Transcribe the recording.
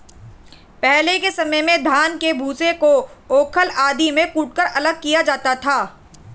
पहले के समय में धान के भूसे को ऊखल आदि में कूटकर अलग किया जाता था